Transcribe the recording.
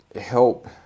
help